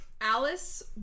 alice